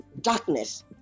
darkness